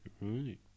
Right